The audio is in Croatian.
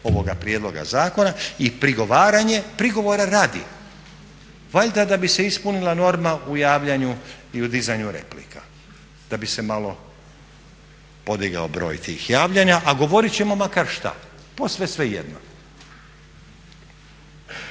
ovoga prijedloga zakona i prigovaranje prigovora radi valjda da bi se ispunila norma u javljanju i u dizanju replika da bi se malo podigao broj tih javljanja, a govorit ćemo makar šta posve svejedno.